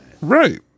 Right